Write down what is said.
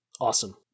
awesome